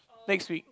next week